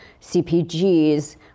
CPGs